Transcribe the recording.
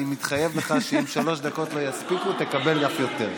אני מתחייב לך שאם שלוש דקות לא יספיקו תקבל אף יותר.